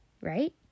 right